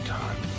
time